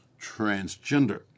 transgender